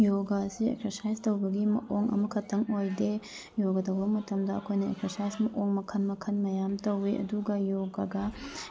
ꯌꯣꯒꯥ ꯑꯁꯤ ꯑꯦꯛꯁꯔꯁꯥꯏꯖ ꯇꯧꯕꯒꯤ ꯃꯑꯣꯡ ꯑꯃꯈꯛꯇꯪ ꯑꯣꯏꯗꯦ ꯌꯣꯒꯥ ꯇꯧꯕ ꯃꯇꯝꯗ ꯑꯩꯈꯣꯏꯅ ꯑꯦꯛꯁꯔꯁꯥꯏꯖ ꯃꯑꯣꯡ ꯃꯈꯜ ꯃꯈꯜ ꯃꯌꯥꯝ ꯇꯧꯋꯤ ꯑꯗꯨꯒ ꯌꯣꯒꯥꯒ